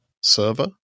server